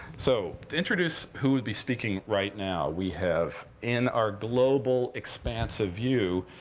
so to introduce who would be speaking right now, we have, in our global, expansive view,